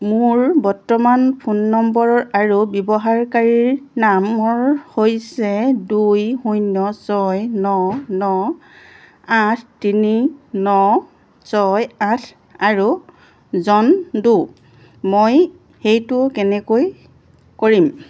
মোৰ বৰ্তমানৰ phone number আৰু ব্যৱহাৰকাৰী নাম হৈছে দুই শূন্য ছয় ন ন আঠ তিনি ন ছয় আঠ আৰু জন ডো মই সেইটো কেনেকৈ কৰিম